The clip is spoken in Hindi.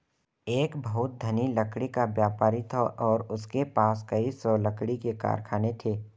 एक बहुत धनी लकड़ी का व्यापारी था और उसके पास कई सौ लकड़ी के कारखाने थे